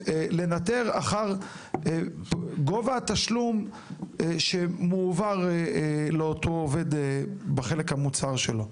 לנתר אחר גובה התשלום שמועבר אותו עובד בחלק המוצהר שלו.